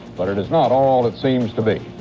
but it is not all it seems to be,